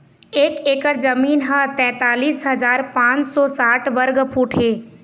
एक एकर जमीन ह तैंतालिस हजार पांच सौ साठ वर्ग फुट हे